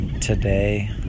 today